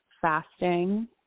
fasting